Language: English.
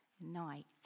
night